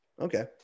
Okay